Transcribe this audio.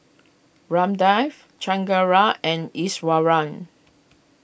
Ramdev Chengara and Iswaran